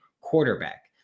quarterback